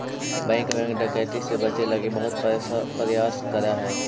bank bank डकैती से बचे लगी बहुत प्रयास करऽ हइ